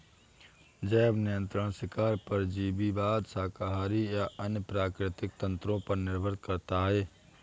जैव नियंत्रण शिकार परजीवीवाद शाकाहारी या अन्य प्राकृतिक तंत्रों पर निर्भर करता है